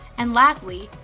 and lastly,